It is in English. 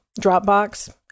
Dropbox